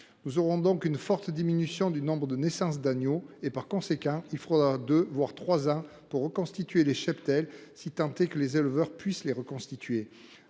Nous serons confrontés à une forte diminution du nombre de naissances d’agneaux. Par conséquent, il faudra deux, voire trois ans pour reconstituer les cheptels, si tant est que les éleveurs puissent le faire.